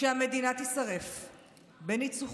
שהמדינה תישרף בניצוחו.